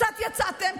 קצת יצאתם,